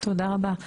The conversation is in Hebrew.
תודה רבה.